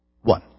one